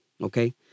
okay